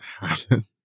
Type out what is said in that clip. happen